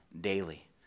daily